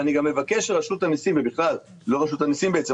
ואני גם מבקש שרשות המיסים ובכלל לא רשות המיסים בעצם,